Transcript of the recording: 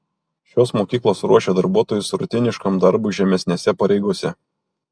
šios mokyklos ruošia darbuotojus rutiniškam darbui žemesnėse pareigose